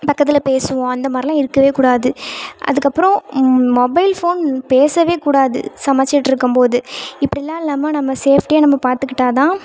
பக்கத்தில் பேசுவோம் அந்த மாதிரில்லாம் இருக்கவேக்கூடாது அதுக்கப்புறம் மொபைல் ஃபோன் பேசவேக்கூடாது சமைச்சிட்டுருக்கம் போது இப்படில்லாம் இல்லாமல் நம்ம சேஃப்டியாக நம்ம பார்த்துக்கிட்டா தான்